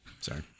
Sorry